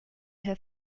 her